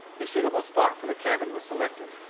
a suitable spot for the cabin was selected,